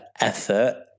effort